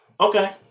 Okay